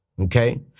Okay